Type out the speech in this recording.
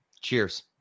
Cheers